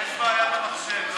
יש בעיה במחשב.